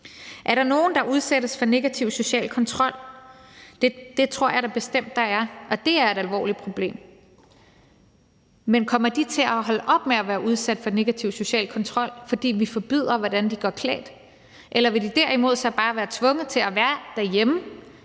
Er der nogen, der udsættes for negativ social kontrol? Det tror jeg bestemt der er, og det er et alvorligt problem. Men kommer de til at holde op med være udsat for negativ social kontrol, fordi vi forbyder, hvordan de går klædt, eller vil de derimod så bare være tvunget til at være derhjemme,